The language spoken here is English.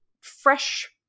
fresh